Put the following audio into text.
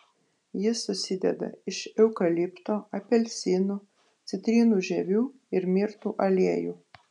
jis susideda iš eukalipto apelsinų citrinų žievių ir mirtų aliejų